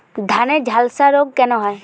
ধানে ঝলসা রোগ কেন হয়?